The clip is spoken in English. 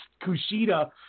Kushida